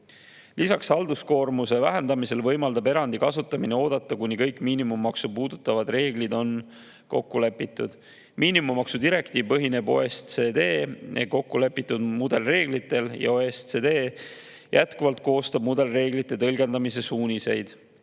Lisaks halduskoormuse vähendamisele võimaldab erandi kasutamine oodata, kuni kõik miinimummaksu puudutavad reeglid on kokku lepitud. Miinimummaksu direktiiv põhineb OECD kokku lepitud mudelreeglitel ja OECD koostab jätkuvalt mudelreeglite tõlgendamise suuniseid.